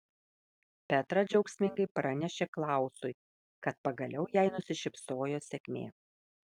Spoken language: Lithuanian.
petra džiaugsmingai pranešė klausui kad pagaliau jai nusišypsojo sėkmė